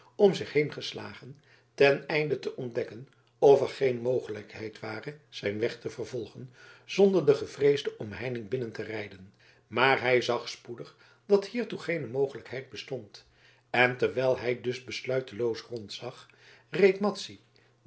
om zich heen geslagen ten einde te ontdekken of er geen mogelijkheid ware zijn weg te vervolgen zonder de gevreesde omheining binnen te rijden maar hij zag spoedig dat hiertoe geene mogelijkheid bestond en terwijl hij dus besluiteloos rondzag reed